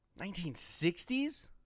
1960s